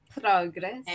Progress